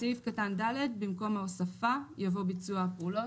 בסעיף קטן (ד) במקום "ההוספה" יבוא "ביצוע הפעולות".